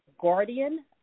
guardian